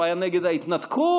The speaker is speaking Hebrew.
הוא היה נגד ההתנתקות,